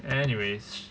anyways